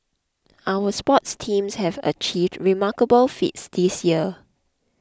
our sports teams have achieved remarkable feats this year